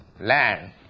land